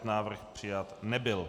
Návrh přijat nebyl.